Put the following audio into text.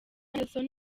nelson